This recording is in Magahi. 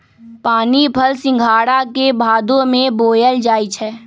पानीफल सिंघारा के भादो में बोयल जाई छै